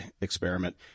experiment